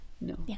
no